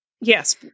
Yes